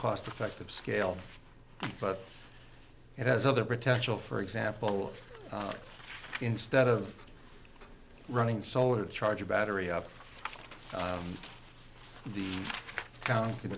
cost effective scale but it has other potential for example instead of running solar charger battery up the count